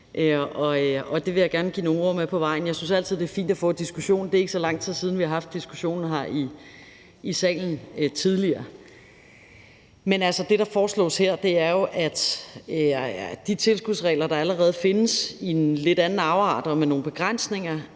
det vil jeg gerne give nogle ord med på vejen. Jeg synes altid, det er fint at få diskussionen. Det er ikke så lang tid siden, vi sidst har haft diskussionen her i salen. Det, der foreslås her, er jo, at de tilskudsregler, der allerede findes i en lidt anden afart og med nogle begrænsninger,